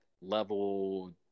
level